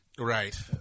Right